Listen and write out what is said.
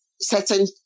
certain